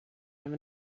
have